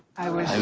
i will